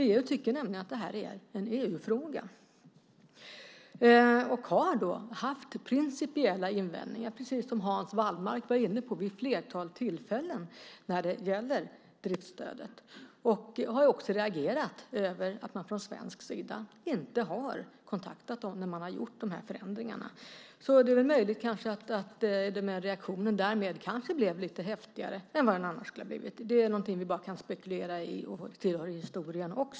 EU tycker nämligen att det här är en EU-fråga och har haft principiella invändningar, precis som Hans Wallmark var inne på, vid ett flertal tillfällen när det gäller driftsstödet och har också reagerat över att man från svensk sida inte har kontaktat dem när man har gjort de här förändringarna. Det är väl möjligt att reaktionen därmed kanske blev lite häftigare än vad den annars skulle ha blivit. Det är något som vi bara kan spekulera i, och det tillhör historien.